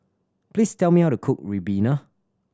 please tell me how to cook ribena